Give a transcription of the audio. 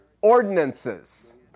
ordinances